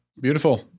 Beautiful